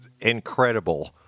incredible